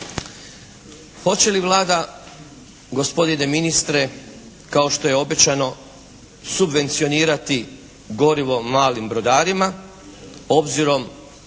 Hoće li Vlada gospodine ministre kao što je obećano subvencionirati gorivo malim brodarima obzirom